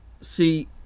see